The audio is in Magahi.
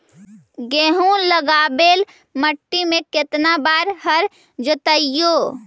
गेहूं लगावेल मट्टी में केतना बार हर जोतिइयै?